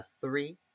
three